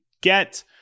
get